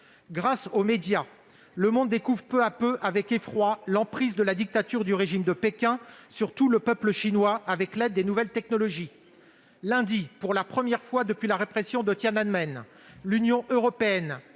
Grâce aux médias, le monde découvre peu à peu avec effroi l'emprise de la dictature du régime de Pékin sur tout le peuple chinois, avec l'aide des nouvelles technologies. Lundi dernier, pour la première fois depuis la répression de Tiananmen, l'Union européenne